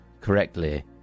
correctly